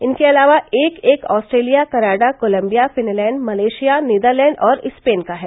इनके अलावा एक एक Australia Canada Colombia Finland Malaysia Netherlands और स्पेन का है